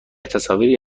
تصاویری